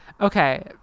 Okay